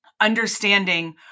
understanding